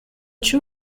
two